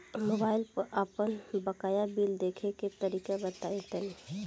Mobile पर आपन बाकाया बिल देखे के तरीका बताईं तनि?